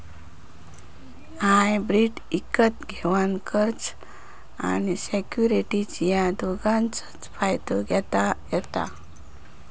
hybrid इकत घेवान कर्ज आणि सिक्युरिटीज या दोघांचव फायदो घेता येता